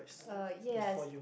uh yes